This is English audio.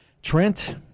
Trent